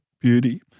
beauty